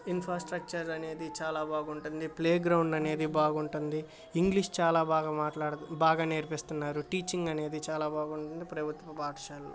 infrastructure అనేది చాలా బాగుంటుంది ప్లేగ్రౌండ్ అనేది బాగుంటుంది ఇంగ్లీష్ చాలా బాగా మాట్లాడ బాగా నేర్పిస్తున్నారు టీచింగ్ అనేది చాలా బాగుంటుంది ప్రభుత్వ పాఠశాలలో